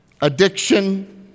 addiction